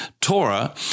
Torah